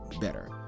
better